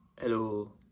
Hello